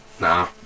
Nah